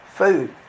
food